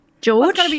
George